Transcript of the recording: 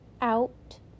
out